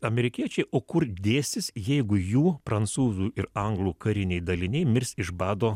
amerikiečiai o kur dėsis jeigu jų prancūzų ir anglų kariniai daliniai mirs iš bado